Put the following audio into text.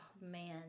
man